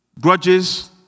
Grudges